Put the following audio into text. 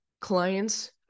clients